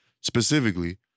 specifically